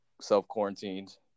self-quarantined